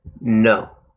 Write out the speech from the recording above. No